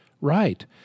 Right